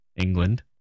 England